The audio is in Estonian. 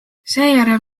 seejärel